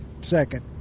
second